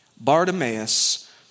Bartimaeus